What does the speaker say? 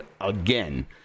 again